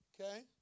Okay